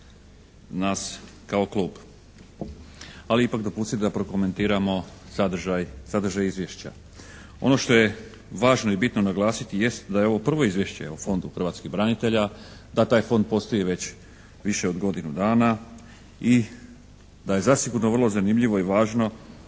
nas kao klub. Ali ipak dopustite da prokomentiramo sadržaj izvješća. Ono što je važno i bitno naglasiti jest da je ovo prvo Izvješće o fondu hrvatskih branitelja, da taj fond postoji već više od godinu dana i da je zasigurno vrlo zanimljivo i važno